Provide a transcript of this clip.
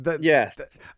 Yes